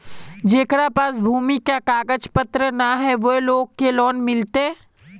जेकरा पास भूमि का कागज पत्र न है वो लोग के लोन मिलते?